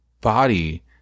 body